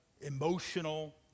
emotional